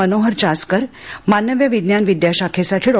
मनोहर चासकर मानव्यविज्ञान विद्याशाखेसाठी डॉ